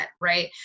right